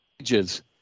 ages